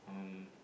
um